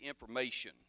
information